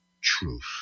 truth